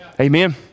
Amen